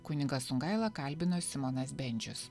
kunigą songailą kalbino simonas bendžius